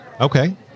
Okay